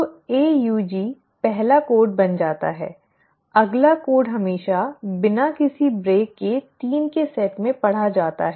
तो AUG पहला code बन जाता है अगला कोड हमेशा बिना किसी ब्रेक के 3 के सेट में पढ़ा जाता है